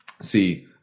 see